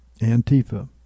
Antifa